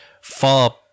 far